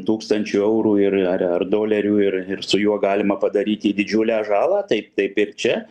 tūkstančių eurų ir ar ar dolerių ir ir su juo galima padaryti didžiulę žalą tai taip ir čia